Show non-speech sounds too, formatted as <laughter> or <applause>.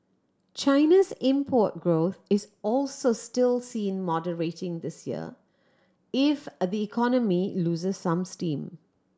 China's import growth is also still seen moderating this year if <hesitation> the economy loses some steam